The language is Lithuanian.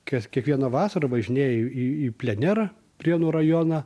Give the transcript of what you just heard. kas kiekvieną vasarą važinėju į į plenerą prienų rajoną